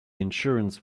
insurance